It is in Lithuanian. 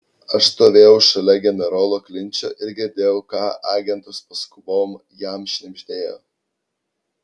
aš stovėjau šalia generolo klinčo ir girdėjau ką agentas paskubom jam šnibždėjo